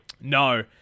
No